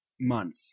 month